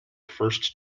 first